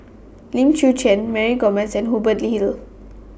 Lim Chwee Chian Mary Gomes Hubert Hill